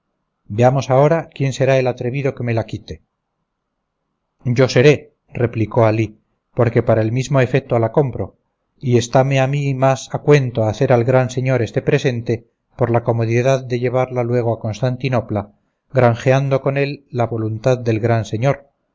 veamos ahora quién será el atrevido que me la quite yo seré replicó alí porque para el mismo efeto la compro y estáme a mí más a cuento hacer al gran señor este presente por la comodidad de llevarla luego a constantinopla granjeando con él la voluntad del gran señor